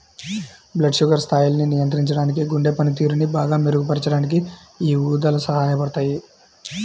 blood sugar స్థాయిల్ని నియంత్రించడానికి, గుండె పనితీరుని బాగా మెరుగుపరచడానికి యీ ఊదలు సహాయపడతయ్యి